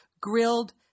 grilled